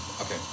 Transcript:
Okay